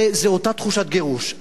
זאת אותה תחושת גירוש.